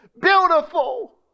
beautiful